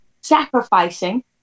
sacrificing